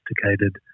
sophisticated